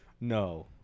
no